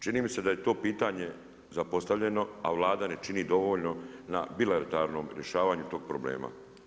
Čini mi se da je to pitanje zapostavljeno a Vlada ne čini dovoljno na bilateralnom rješavanju toga problema.